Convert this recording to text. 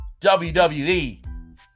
WWE